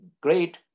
great